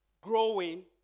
growing